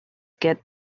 get